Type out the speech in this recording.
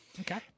Okay